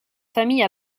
famille